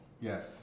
Yes